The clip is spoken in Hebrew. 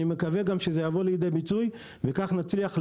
אני מקווה שזה יבוא לידי ביטוי וכך נצליח להפחית,